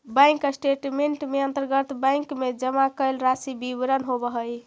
bank statement के अंतर्गत bank में जमा कैल राशि के विवरण होवऽ हइ